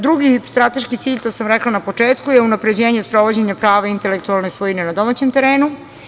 Drugi strateški cilj, to sam rekla na početku je unapređenje sprovođenja prava intelektualne svojine na domaćem terenu.